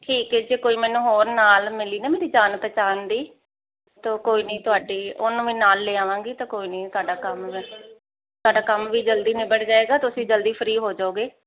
ਠੀਕ ਹ ਜੀ ਕੋਈ ਮੈਨੂੰ ਹੋਰ ਨਾਲ ਮਿਲੀ ਨਾ ਮੇਰੀ ਜਾਨ ਪਹਿਚਾਣ ਦੀ ਤੋ ਕੋਈ ਨਹੀਂ ਤੁਹਾਡੀ ਉਹਨੂੰ ਵੀ ਨਾਲ ਲੈ ਆਵਾਂਗੀ ਤਾਂ ਕੋਈ ਨਹੀਂ ਥਾਡਾ ਕੰਮ ਥਾਡਾ ਕੰਮ ਵੀ ਜਲਦੀ ਨਿਬੜ ਜਾਏਗਾ ਤੁਸੀਂ ਜਲਦੀ ਫ੍ਰੀ ਹੋ ਜਾਓਗੇ